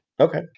Okay